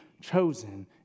chosen